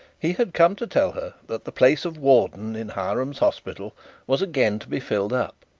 he had come to tell her that the place of warden in hiram's hospital was again to be filled up,